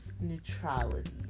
neutrality